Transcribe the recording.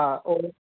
हा ओ